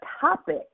topic